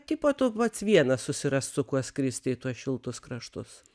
tipo tu pats vienas susirask su kuo skristi į tuos šiltus kraštus